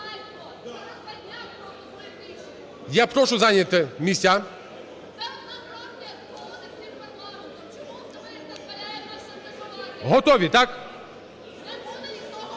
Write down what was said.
Я прошу зайняти місця. Готові, так?